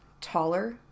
taller